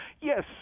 Yes